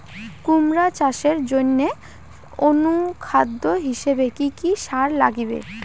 কুমড়া চাষের জইন্যে অনুখাদ্য হিসাবে কি কি সার লাগিবে?